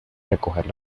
recoger